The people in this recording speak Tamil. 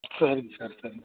சரிங்க சார் சரிங்க சார்